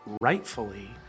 rightfully